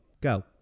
go